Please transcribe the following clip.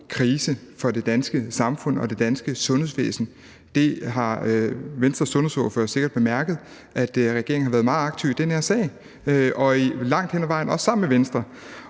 krise for det danske samfund og det danske sundhedsvæsen. Det har Venstres sundhedsordfører sikkert bemærket, altså at regeringen har været meget aktiv i den her sag, langt hen ad vejen også sammen med Venstre.